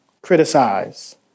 criticize